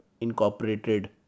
incorporated